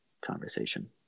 conversation